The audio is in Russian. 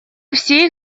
все